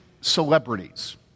celebrities